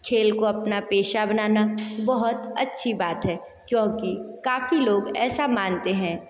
खेल को अपना पेशा बनाना बहुत अच्छी बात है क्योंकि काफ़ी लोग ऐसा मानते हैं